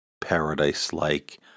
paradise-like